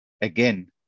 again